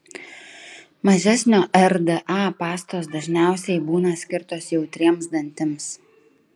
mažesnio rda pastos dažniausiai būna skirtos jautriems dantims